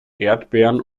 erdbeeren